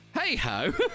hey-ho